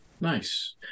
Nice